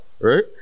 right